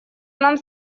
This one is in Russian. нам